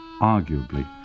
arguably